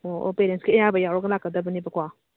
ꯑꯣ ꯑꯣ ꯄꯦꯔꯦꯟꯁꯀꯤ ꯑꯌꯥꯕ ꯌꯥꯎꯔꯒ ꯂꯥꯛꯀꯗꯕꯅꯦꯕꯀꯣ